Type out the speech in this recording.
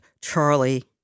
Charlie